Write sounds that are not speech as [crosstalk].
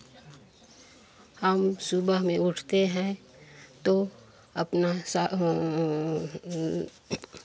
हम सुबह में उठते हैं तो अपना सा [unintelligible]